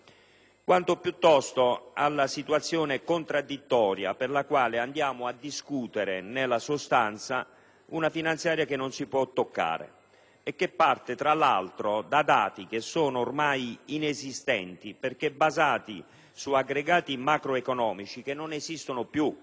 quanto piuttosto alla situazione contraddittoria per la quale andiamo a discutere nella sostanza una finanziaria che non si può toccare e che parte, tra l'altro, da dati ormai inesistenti. Si tratta, infatti, di dati basati su aggregati macroeconomici che non esistono più,